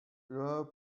your